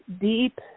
deep